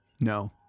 No